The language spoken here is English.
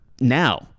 now